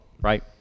right